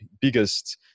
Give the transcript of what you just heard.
biggest